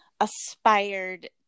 aspired